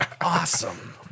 awesome